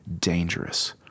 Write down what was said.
dangerous